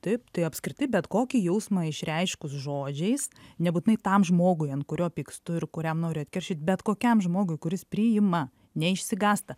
taip tai apskritai bet kokį jausmą išreiškus žodžiais nebūtinai tam žmogui ant kurio pykstu ir kuriam noriu atkeršyt bet kokiam žmogui kuris priima neišsigąsta